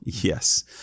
Yes